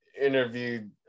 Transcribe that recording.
interviewed